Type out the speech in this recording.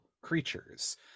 creatures